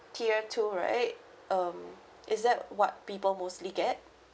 tier two right um is that what people mostly get